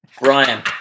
Brian